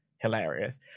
hilarious